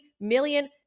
million